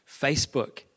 Facebook